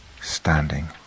standing